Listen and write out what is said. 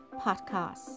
podcast